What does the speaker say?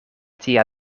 tia